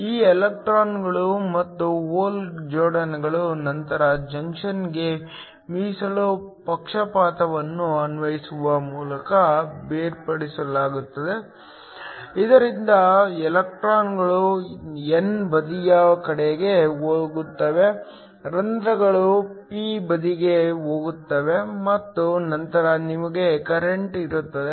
ಈ ಎಲೆಕ್ಟ್ರಾನ್ಗಳು ಮತ್ತು ಹೋಲ್ ಜೋಡಿಗಳನ್ನು ನಂತರ ಜಂಕ್ಷನ್ಗೆ ಮೀಸಲು ಪಕ್ಷಪಾತವನ್ನು ಅನ್ವಯಿಸುವ ಮೂಲಕ ಬೇರ್ಪಡಿಸಲಾಗುತ್ತದೆ ಇದರಿಂದ ಎಲೆಕ್ಟ್ರಾನ್ಗಳು n ಬದಿಯ ಕಡೆಗೆ ಹೋಗುತ್ತವೆ ರಂಧ್ರಗಳು p ಬದಿಗೆ ಹೋಗುತ್ತವೆ ಮತ್ತು ನಂತರ ನಿಮಗೆ ಕರೆಂಟ್ ಇರುತ್ತದೆ